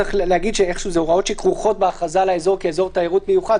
צריך לומר שאלה הוראות שכרוכות בהכרזה על האזור כאזור תיירות מיוחד.